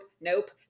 nope